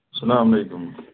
سَلام علیکُم